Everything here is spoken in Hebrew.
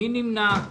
מי נמנע?